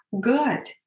good